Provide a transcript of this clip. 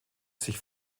sich